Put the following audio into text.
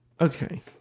Okay